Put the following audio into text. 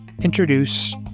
introduce